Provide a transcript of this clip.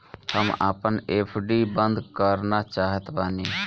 हम आपन एफ.डी बंद करना चाहत बानी